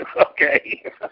Okay